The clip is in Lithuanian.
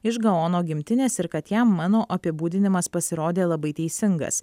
iš gaono gimtinės ir kad jam mano apibūdinimas pasirodė labai teisingas